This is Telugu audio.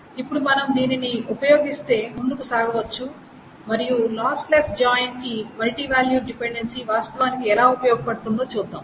ఇప్పుడు మనము దీనిని ఉపయోగిస్తే ముందుకు సాగవచ్చు మరియు లాస్లెస్ జాయిన్ కి మల్టీ వాల్యూడ్ డిపెండెన్సీ వాస్తవానికి ఎలా ఉపయోగపడుతుందో చూడవచ్చు